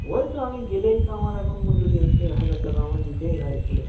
ওই তো আমি গেলেই তো আমার এখন মজুরি হচ্ছে হাজার টাকা আমাকে দিতেই হয় গেলে